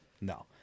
no